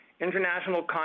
International